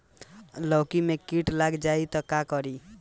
लौकी मे किट लग जाए तो का करी?